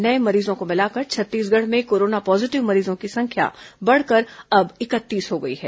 नए मरीजों को मिलाकर छत्तीसगढ़ में कोरोना पॉजीटिव मरीजों की संख्या बढ़कर अब इकतीस हो गई है